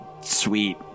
sweet